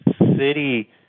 city